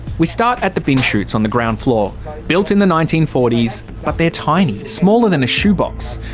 we start at the bin chutes on the ground floor built in the nineteen forty s. but they're tiny smaller than a shoebox.